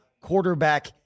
quarterback